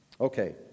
Okay